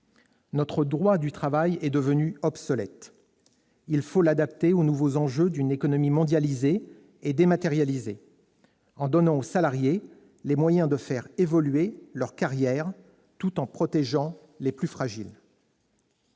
Notre droit du travail est devenu obsolète : il faut l'adapter aux nouveaux enjeux d'une économie mondialisée et dématérialisée, en donnant aux salariés les moyens de faire évoluer leur carrière tout en protégeant les plus fragiles.